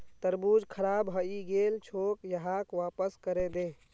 तरबूज खराब हइ गेल छोक, यहाक वापस करे दे